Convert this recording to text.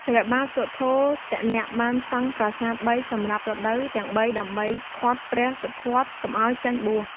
ព្រះបាទសុទ្ធោទនៈបានសង់ប្រាសាទ ៣ សម្រាប់រដូវទាំង ៣ ដើម្បីឃាត់ព្រះសិទ្ធត្ថកុំឲ្យចេញបួស។